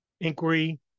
inquiry